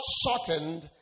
shortened